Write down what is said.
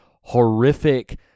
horrific